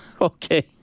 Okay